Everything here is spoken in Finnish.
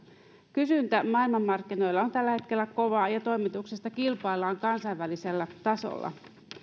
kysyntä maailmanmarkkinoilla on on tällä hetkellä kovaa ja toimituksista kilpaillaan kansainvälisellä tasolla